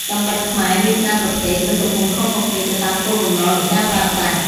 កាំបិតខ្មែរមានច្រើនប្រភេទ និងទំហំខុសៗគ្នា ទៅតាមគោលបំណងនៃការប្រើប្រាស់។